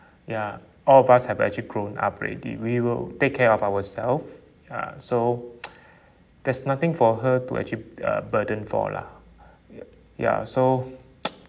ya all of us have actually grown up already we will take care of ourselves ya so there's nothing for her to actually uh burden for lah ya ya so